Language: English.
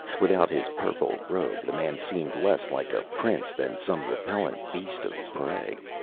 without his purple robe the man seemed less like a prince than some repellent beast of prey.